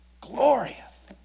Glorious